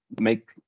make